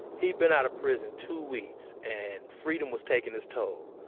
he'd been out of prison two weeks and freedom was taking its toll.